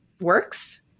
works